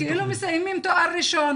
מסיימים תואר ראשון